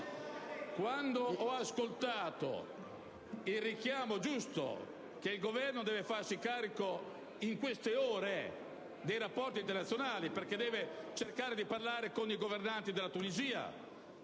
Quando ho ascoltato il richiamo, giusto, secondo cui il Governo deve farsi carico in queste ore dei rapporti internazionali cercando di parlare con i governanti della Tunisia,